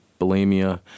bulimia